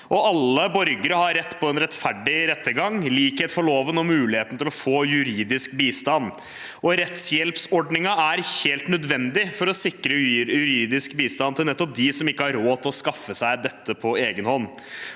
Alle borgere har rett på en rettferdig rettergang, likhet for loven og muligheten til å få juridisk bistand. Rettshjelpsordningen er helt nødvendig for å sikre juridisk bistand til nettopp dem som ikke har råd til å skaffe seg dette på egen hånd.